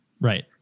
Right